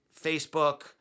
Facebook